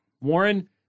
Warren